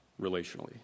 relationally